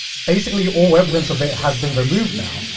basically all evidence of it has been removed now.